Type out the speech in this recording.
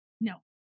no